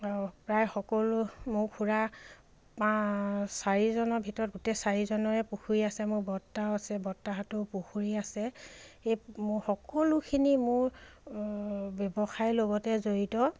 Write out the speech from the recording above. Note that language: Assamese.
প্ৰায় সকলো মোৰ খুৰা পাঁচ চাৰিজনৰ ভিতৰত গোটেই চাৰিজনৰে পুখুৰী আছে মোৰ বত্তাও আছে বৰত্তাহঁতৰো পুখুৰী আছে এই মোৰ সকলোখিনি মোৰ ব্যৱসায়ৰ লগতে জড়িত